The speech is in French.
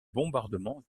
bombardement